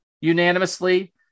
unanimously